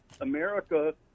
America